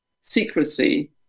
secrecy